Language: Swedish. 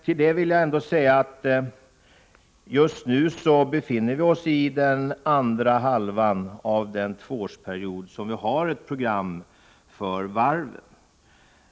Till det vill jag säga att vi just nu befinner oss i den andra halvan av den tvåårsperiod för vilken vi har ett varvsprogram.